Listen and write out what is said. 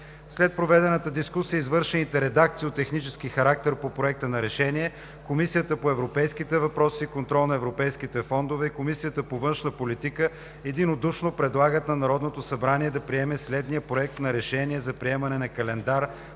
След проведената дискусията и извършените редакции от технически характер по Проекта на решение, Комисията по европейските въпроси и контрол на европейските фондове и Комисията по външна политика единодушно предлагат на Народното събрание да приеме следния Проект на решение за приемане на Календар